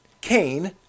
Cain